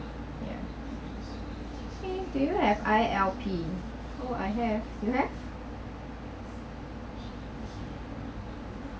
ya do you have I_L_P oh I have do you have